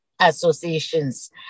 associations